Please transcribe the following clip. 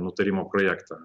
nutarimo projektą